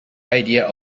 idea